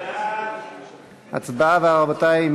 הצבעה, רבותי.